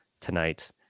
tonight